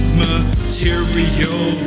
material